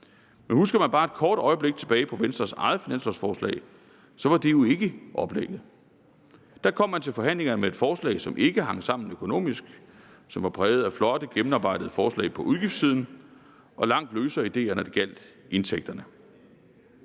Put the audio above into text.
Men husker man bare et kort øjeblik tilbage på Venstres eget finanslovforslag, var det jo ikke oplægget. Der kom man til forhandlingerne med et forslag, som ikke hang sammen økonomisk, som var præget af flotte, gennemarbejdede forslag på udgiftssiden og langt løsere ideer, når det gjaldt indtægterne.